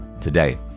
today